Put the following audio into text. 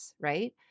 right